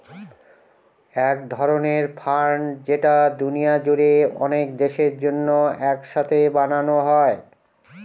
এক ধরনের ফান্ড যেটা দুনিয়া জুড়ে অনেক দেশের জন্য এক সাথে বানানো হয়